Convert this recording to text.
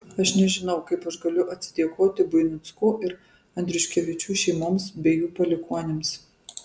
aš nežinau kaip aš galiu atsidėkoti buinickų ir andriuškevičių šeimoms bei jų palikuonims